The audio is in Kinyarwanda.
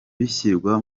bishyirwa